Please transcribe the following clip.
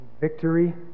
victory